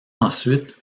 ensuite